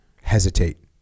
hesitate